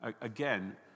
again